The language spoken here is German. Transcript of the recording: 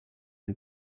ein